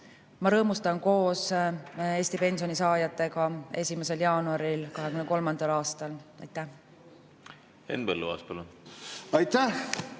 Ma rõõmustan koos Eesti pensionisaajatega 1. jaanuaril 2023. aastal. Henn